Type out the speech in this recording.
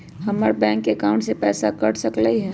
हमर bank account से पैसा कट सकलइ ह?